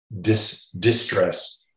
distress